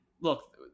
look